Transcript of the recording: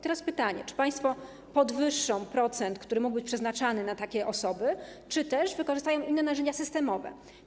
Teraz pytanie: Czy państwo podwyższą procent, który mógł być przeznaczany na takie osoby, czy też wykorzystają inne narzędzia systemowe?